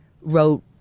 wrote